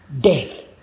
death